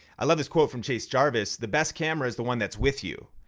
i love this quote from chase jarvis, the best camera is the one that's with you.